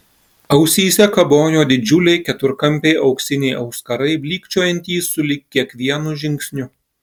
ausyse kabojo didžiuliai keturkampiai auksiniai auskarai blykčiojantys sulig kiekvienu žingsniu